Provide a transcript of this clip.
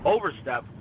Overstep